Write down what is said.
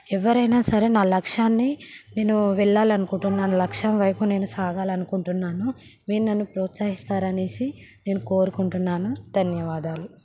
ఎవరైనా సరే నా లక్ష్యాన్ని నేను వెళ్ళాలి అనుకుంటున్నాను లక్ష్యం వైపు నేను సాగాలనుకుంటున్నాను మీరు నన్ను ప్రోత్సహిస్తారు అనేసి నేను కోరుకుంటున్నాను ధన్యవాదాలు